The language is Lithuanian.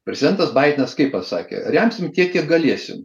prezidentas baidenas kaip pasakė remsim tiek kiek galėsim